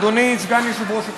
אדוני סגן יושב-ראש הכנסת,